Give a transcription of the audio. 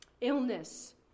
illness